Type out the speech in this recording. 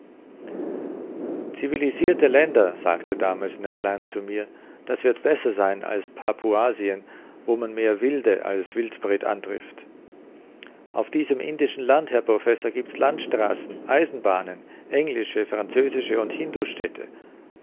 civilisirte länder sagte damals ned land zu mir das wird besser sein als papuasien wo man mehr wilde als wildpret antrifft auf diesem indischen land herr professor giebt's landstraßen eisenbahnen englische französische und